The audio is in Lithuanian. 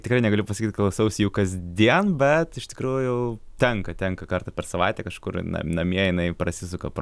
tikrai negaliu pasakyt klausausi jų kasdien bet iš tikrųjų tenka tenka kartą per savaitę kažkur na namie jinai prasisuka pro